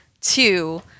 two